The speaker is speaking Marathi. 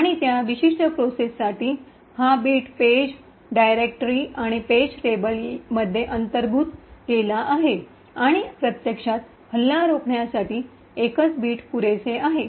आणि त्या विशिष्ट प्रोसेससाठी हा बिट पेज डाइरेक्टरी आणि पेज टेबल मध्ये अंतर्भूत इन्कॉर्परेट - incorporate केला आहे आणि प्रत्यक्षात हल्ला रोखण्यासाठी एकच बिट पुरेसे आहे